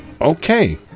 Okay